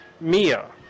Mia